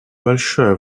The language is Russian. большое